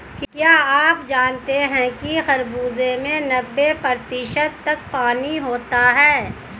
क्या आप जानते हैं कि खरबूजे में नब्बे प्रतिशत तक पानी होता है